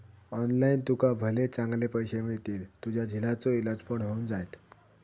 online तुका भले चांगले पैशे मिळतील, तुझ्या झिलाचो इलाज पण होऊन जायत